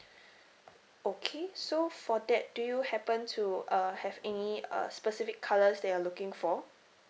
okay so for that do you happen to uh have any uh specific colours that you are looking for